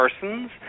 persons